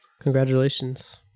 Congratulations